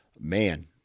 man